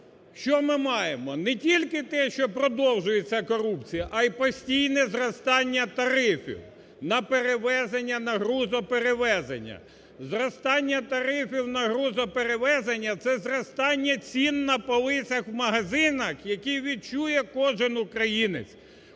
що ми маємо? Не тільки те, що продовжується корупція, а й постійне зростання тарифів на перевезення, на грузоперевезення. Зростання тарифів на грузоперевезення – це зростання цін на полицях у магазинах, які відчує кожен українець,